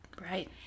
Right